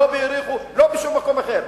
לא ביריחו ולא בשום מקום אחר.